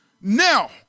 Now